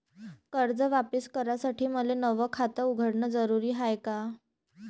कर्ज वापिस करासाठी मले नव खात उघडन जरुरी हाय का?